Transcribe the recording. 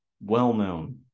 well-known